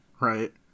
Right